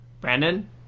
Brandon